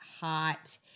hot